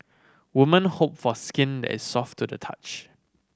woman hope for skin that is soft to the touch